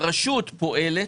הרשות פועלת,